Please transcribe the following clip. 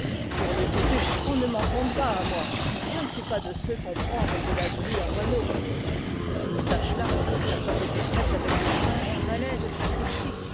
turlututu on ne m'en conte pas à moi je ne suis pas de ceux qu'on prend avec de la glu à moineaux cette mous tache là n'a pas été faite avec le crin d'un balai de sacristie